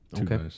Okay